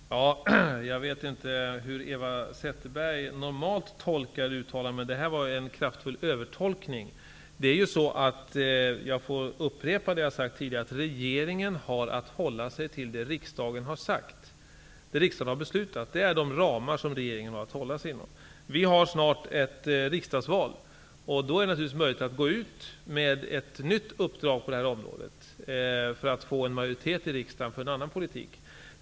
Fru talman! Jag vet inte hur Eva Zetterberg normalt tolkar uttalanden, men det här var en kraftfull övertolkning. Jag får upprepa det jag har sagt tidigare, nämligen att regeringen har att hålla sig till det som riksdagen har sagt och beslutat. Det är de ramar som regeringen har att hålla sig inom. Vi har snart ett riksdagsval. Då är det naturligtvis möjligt att gå ut med ett nytt uppdrag på det här området för att få en majoritet i riksdagen för en annan politik.